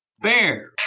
Bear